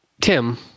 Tim